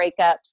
breakups